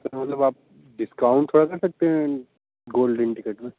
sir मतलब आप discount कर सकते हैं गोल्डेन टिकेट में